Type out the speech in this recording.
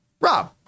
Rob